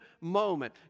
moment